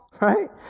right